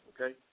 Okay